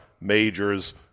Majors